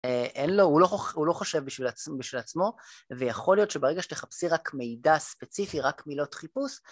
אין לו, הוא לא חושב בשביל עצמו, ויכול להיות שברגע שתחפשי רק מידע ספציפי, רק מילות חיפוש